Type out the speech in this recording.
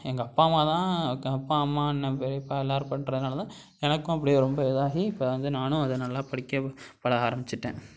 எங்கள் அப்பா அம்மா தான் க அப்பா அம்மா அண்ணன் பெரியப்பா எல்லோரும் பண்ணுறதுனால தான் எனக்கும் அப்படியே ரொம்ப இதாகி இப்போ வந்து நானும் அதை நல்லா படிக்க பழக ஆரமிச்சுட்டேன்